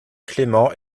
clément